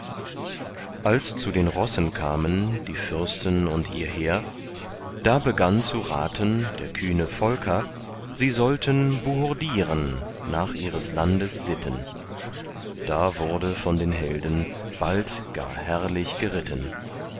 als zu den rossen kamen die fürsten und ihr heer da begann zu raten der kühne volker sie sollten buhurdieren nach ihres landes sitten da wurde von den helden bald gar herrlich geritten